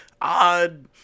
Odd